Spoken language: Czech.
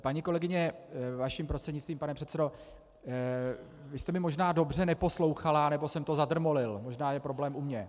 Paní kolegyně, vaším prostřednictvím, pane předsedo, vy jste mě možná dobře neposlouchala nebo jsem to zadrmolil, možná je problém u mě.